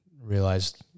realized